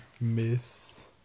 miss